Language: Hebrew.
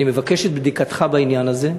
אני מבקש את בדיקתך בעניין הזה.